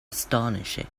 astonishing